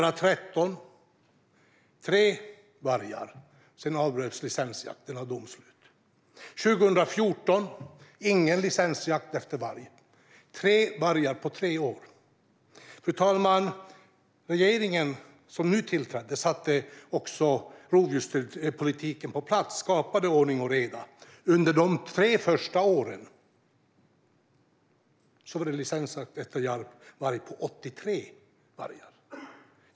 År 2013 var det tre vargar, och sedan avbröts licensjakten genom domslut. År 2014 var det ingen licensjakt efter varg. Det var alltså tre vargar på tre år. Fru talman! Denna regering fick rovdjurspolitiken på plats och skapade ordning och reda. Under våra tre första år var det licensjakt på 83 vargar.